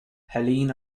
helene